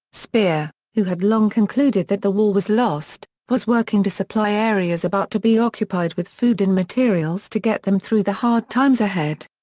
speer, who had long concluded that the war was lost, was working to supply areas about to be occupied with food and materials to get them through the hard times ahead.